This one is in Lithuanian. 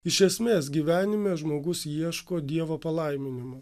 iš esmės gyvenime žmogus ieško dievo palaiminimo